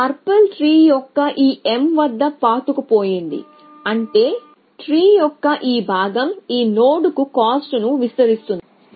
ఈ purple tree యొక్క ఈ m వద్ద పాతుకుపోయింది అంటే ట్రీ యొక్క ఈ భాగం ఈ నోడ్కు కాస్ట్ ను విస్తరిస్తుంది